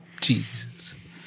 Jesus